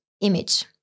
image